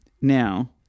Now